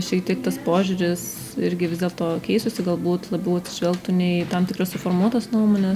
šiek tiek tas požiūris irgi vis dėlto keistųsi galbūt labiau atsižvelgtų ne į tam tikras suformuotas nuomones